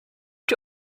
die